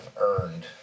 earned